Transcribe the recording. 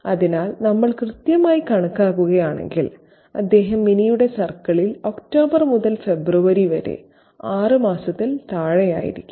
അതിനാൽ നമ്മൾ കൃത്യമായി കണക്കാക്കുകയാണെങ്കിൽ അദ്ദേഹം മിനിയുടെ സർക്കിളിൽ ഒക്ടോബർ മുതൽ ഫെബ്രുവരി വരെ 6 മാസത്തിൽ താഴെയായിരിക്കാം